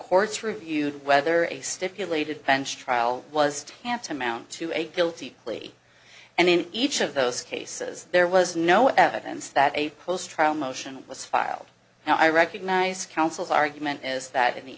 court's reviewed whether a stipulated bench trial was tantamount to a guilty plea and in each of those cases there was no evidence that a close trial motion was filed and i recognize counsel's argument is that in the